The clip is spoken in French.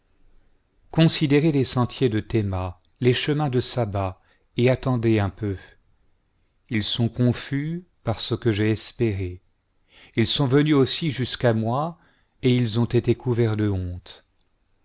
considérez les sentiers de théma les chemins de saba et attendez un peu ils sont confus parce que j'ai espéré ils sont venus aussi jusqu'à moi et ils ont été couverts de honte